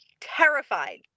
terrified